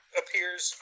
appears